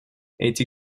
эти